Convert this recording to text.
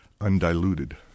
undiluted